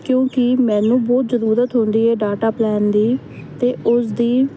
ਕਿਉਂਕਿ ਮੈਨੂੰ ਬਹੁਤ ਜ਼ਰੂਰਤ ਹੁੰਦੀ ਹੈ ਡਾਟਾ ਪਲਾਨ ਦੀ ਅਤੇ ਉਸ ਦੀ